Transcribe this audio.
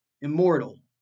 immortal